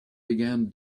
began